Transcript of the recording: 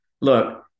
Look